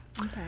Okay